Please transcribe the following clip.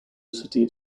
city